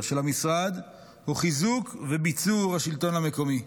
של המשרד הוא חיזוק וביצור השלטון המקומי,